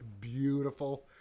beautiful